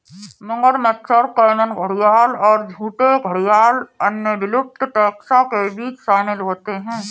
मगरमच्छ और कैमन घड़ियाल और झूठे घड़ियाल अन्य विलुप्त टैक्सा के बीच शामिल होते हैं